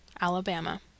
Alabama